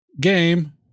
game